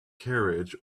carriage